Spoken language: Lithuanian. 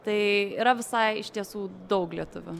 tai yra visai iš tiesų daug lietuvių